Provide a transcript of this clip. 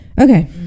Okay